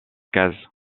case